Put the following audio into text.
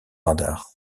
radars